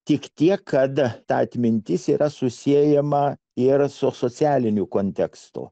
tik tiek kada ta atmintis yra susiejama ir socialinių kontekstų